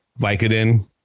Vicodin